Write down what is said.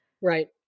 Right